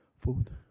food